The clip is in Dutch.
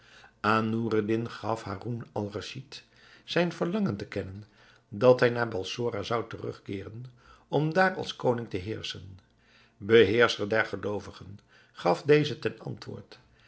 aan noureddin gaf haroun-al-raschid zijn verlangen te kennen dat hij naar balsora zou terugkeeren om daar als koning te heerschen beheerscher der geloovigen gaf deze ten antwoord